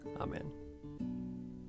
Amen